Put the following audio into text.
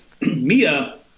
Mia